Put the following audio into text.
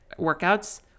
workouts